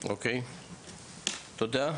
תודה.